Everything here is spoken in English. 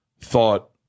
thought